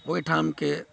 ओहिठामके